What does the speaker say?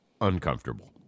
uncomfortable